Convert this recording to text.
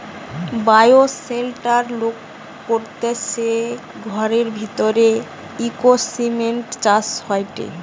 bioshelter লোক করতিছে ঘরের ভিতরের ইকোসিস্টেম চাষ হয়টে